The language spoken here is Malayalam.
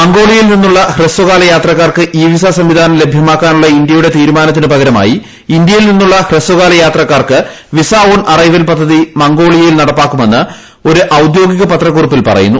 മംഗോളിയയിൽ നിന്നുള്ള ഹ്രസ്വകാല യാത്രക്കാർക്ക് ഇ വിസ സംവിധാനം ലഭ്യമാക്കാനുള്ള ഇന്ത്യയുടെ തീരുമാനത്തിന് പകരമായി ഇന്ത്യയിൽ നിന്നുള്ള ഹ്രസ്വകാല യാത്രക്കാർക്ക് വിസ ഓൺ അറൈവൽ പദ്ധതി മംഗോളിയയിൽ നടപ്പാക്കുമെന്ന് ഒരു ഔദ്യോഗിക പത്രക്കുറിപ്പിൽ പറയുന്നു